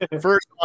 first